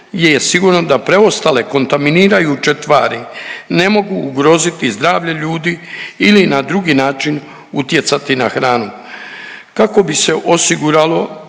je sigurno da preostale kontaminirajuće tvari ne mogu ugroziti zdravlje ljudi ili na drugi način utjecati na hranu kako bi se osiguralo